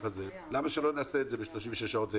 למה שלא נעשה את זה ב-36 שעות?